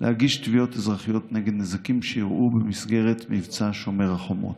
להגיש תביעות אזרחיות בגין נזקים שאירעו במסגרת מבצע שומר החומות.